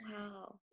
Wow